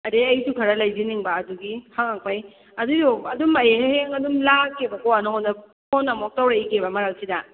ꯑꯗꯩ ꯑꯩꯁꯨ ꯈꯔ ꯂꯩꯁꯤꯟꯅꯤꯛꯕ ꯑꯗꯨꯒꯤ ꯍꯪꯉꯛꯄꯩ ꯑꯗꯨꯏꯗꯣ ꯑꯗꯨꯝ ꯑꯩ ꯍꯌꯦꯡ ꯑꯗꯨꯝ ꯂꯥꯛꯑꯒꯦꯕꯀꯣ ꯅꯪꯉꯣꯟꯗ ꯐꯣꯟ ꯑꯃꯨꯛ ꯇꯧꯔꯛꯈꯤꯕ ꯃꯔꯛꯁꯤꯗ